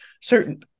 certain